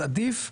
אז עדיף,